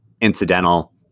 incidental